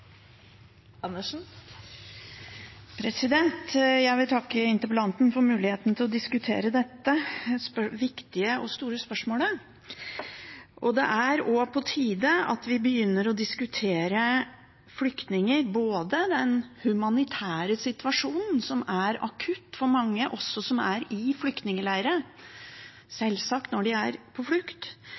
Jeg vil takke interpellanten for muligheten til å diskutere dette viktige og store spørsmålet. Det er også på tide at vi begynner å diskutere flyktninger, både den humanitære situasjonen, som er akutt for mange som er i flyktningleirer, noe som er sjølsagt når man er på flukt,